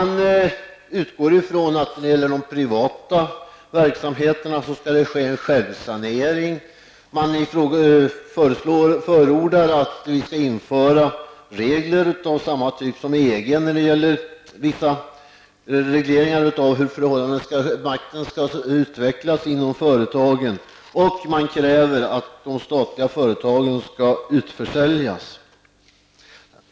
När det gäller de privata verksamheterna utgår man ifrån att det skall ske en självsanering, och man förordar att vi i Sverige skall införa samma typ av regler som i EG när det gäller hur maktförhållandena skall utvecklas inom företagen. Man kräver vidare att de statliga företagen skall utförsäljas.